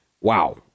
Wow